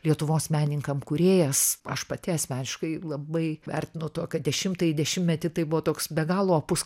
lietuvos menininkam kūrėjas aš pati asmeniškai labai vertinu to kad dešimtąjį dešimtmetį tai buvo toks be galo opus